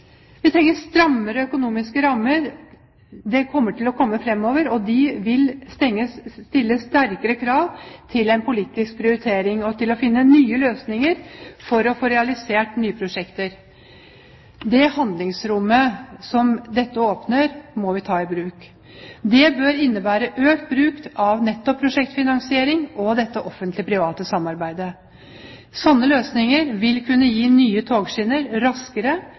Vi trenger strammere økonomiske rammer. De kommer til å komme framover, og de vil stille sterkere krav til en politisk prioritering og til å finne nye løsninger for å få realisert nye prosjekter. Det handlingsrommet som dette åpner, må vi ta i bruk. Dette bør innebære økt bruk av nettopp prosjektfinansiering og Offentlig Privat Samarbeid. Slike løsninger vil kunne gi nye togskinner raskere,